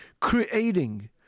creating